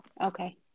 Okay